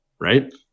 Right